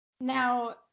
now